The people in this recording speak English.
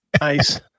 nice